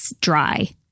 dry